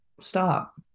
stop